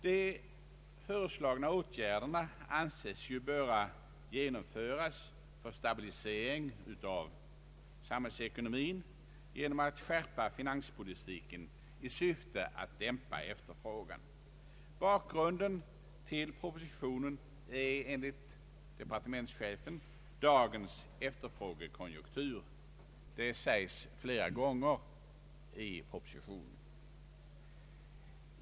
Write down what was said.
De föreslagna åtgärderna anses ju motiverade för stabilisering av samhällsekonomin, genom att skärpa finanspolitiken i syfte att dämpa efterfrågan. Bakgrunden till propositionen är enligt departementschefen dagens efterfrågekonjunktur. Det sägs flera gånger i propositionen.